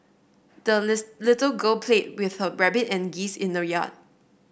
the little girl played with her rabbit and geese in the yard